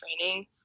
training